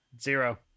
Zero